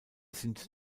sind